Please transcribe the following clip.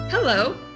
Hello